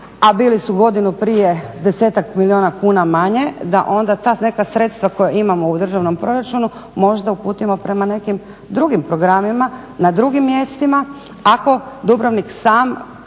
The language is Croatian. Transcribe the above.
a bili su godinu prije 10-tak milijuna kuna manje, da onda ta neka sredstva koja imamo u državnom proračunu možda uputimo prema nekim drugim programima na drugim mjestima, ako Dubrovnik sam